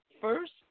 first